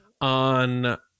on